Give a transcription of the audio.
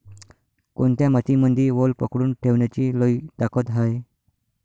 कोनत्या मातीमंदी वल पकडून ठेवण्याची लई ताकद हाये?